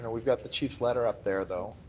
and we've got the chief's letter up there, though,